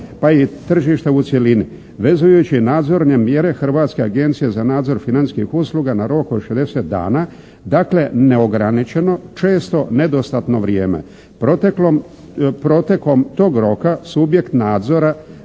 pa i tržišta u cjelini vezujući nadzorne mjere Hrvatske agencije za nadzor financijskih usluga na rok od 60 dana. Dakle, neograničeno često nedostatno vrijeme. Protekom tog roka subjekt nadzora